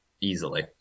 easily